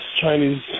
Chinese